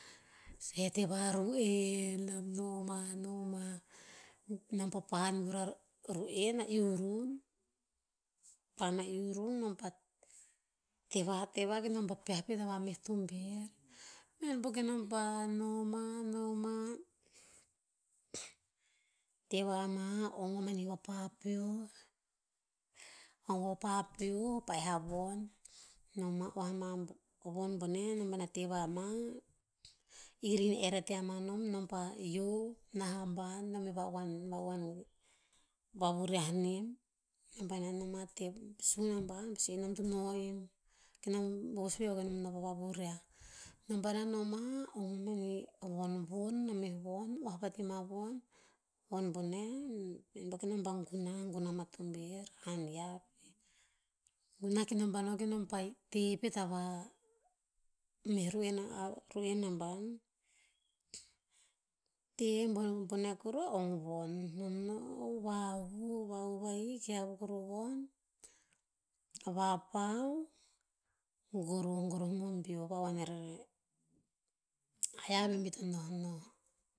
He tevah mah ru'en, a no mah- no mah. Nom pah pahan vur a ru'en, a iurun. Pahan a iurun nom pah teva- teva nom pah peah pet hava meh tober. Bihaen po ke nom no mah- no mah. Teva mah, ong mah mani vapapeoh ong vapapeoh, pa'eh a von. No mah oah mah von boneh nom paena teva mah. Ir hin er ati a mah nom, nom pah yio, nah a ban. Nom e va'uhuan- va'uhuan, vavuraih nem. Nom paena no mah sun aban pah sue, "nom to no em, ke nom vos veho ke nom pah vavuriah." Nom paena no mah, ong mah mani vonvon, a meh von, oah vati mah von- von boneh. Bihaen po ke nom pah gunah- gunah mah tober. Han hiav veh. Gunah ke nom pa no ke nom pah tehe pet ava meh ruen a ruen aban. Tehe boneh kuruh a ong von. Nom no vahuv, vahuv ahik, hiav kor von, vapau, goroh- goroh meo beoh va'uhuan e rer e aya veh bi to nohnoh